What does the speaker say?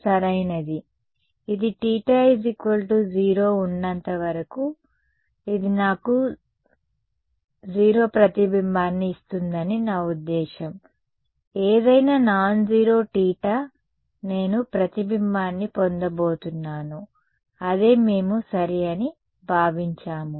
ఇది θ 0 ఉన్నంత వరకు ఇది నాకు 0 ప్రతిబింబాన్ని ఇస్తుందని నా ఉద్దేశ్యం ఏదైనా నాన్జీరో θ నేను ప్రతిబింబాన్ని పొందబోతున్నాను అదే మేము సరి అని భావించాము